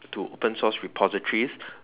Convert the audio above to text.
to open source repositories